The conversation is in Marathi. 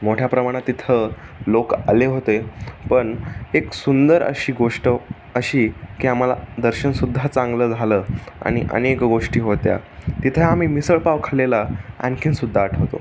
मोठ्या प्रमाणात तिथं लोक आले होते पण एक सुंदर अशी गोष्ट अशी की आम्हाला दर्शन सुद्धा चांगलं झालं आणि अनेक गोष्टी होत्या तिथं आम्ही मिसळपाव खाल्लेला आणखी सुद्धा आठवतो